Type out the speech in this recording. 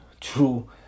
true